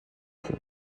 feu